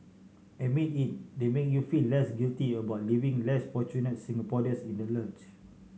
admit it they make you feel less guilty about leaving less fortunate Singapore this in the lurch